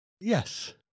yes